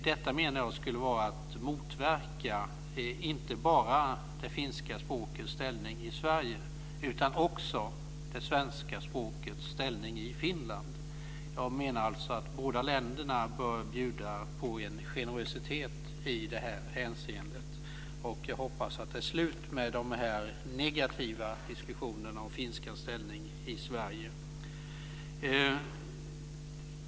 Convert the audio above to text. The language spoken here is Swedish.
Jag menar att detta skulle motverka inte bara det finska språkets ställning i Sverige utan också det svenska språkets ställning i Finland. Jag menar alltså att båda länderna bör bjuda på en generositet i det här hänseendet. Jag hoppas att det är slut med de negativa diskussionerna om finskans ställning i Sverige.